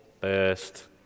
first